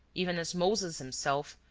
even as moses himself,